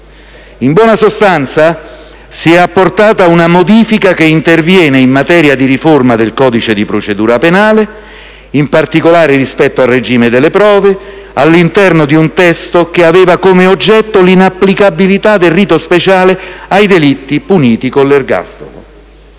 In buona sostanza, si è apportata una modifica che interviene in materia di riforma del codice di procedura penale, in particolare rispetto al regime delle prove, all'interno di un testo che aveva come oggetto l'inapplicabilità del rito speciale ai delitti puniti con l'ergastolo.